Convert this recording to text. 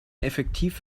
effektiv